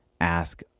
ask